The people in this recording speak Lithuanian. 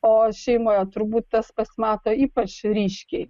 o šeimoje turbūt tas pasimato ypač ryškiai